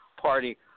party